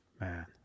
Man